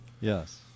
Yes